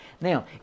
Now